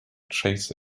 chase